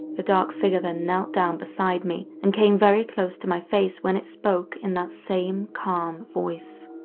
the dark figure then knelt down beside me, and came very close to my face when it spoke in that same calm voice.